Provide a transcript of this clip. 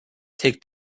take